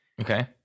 okay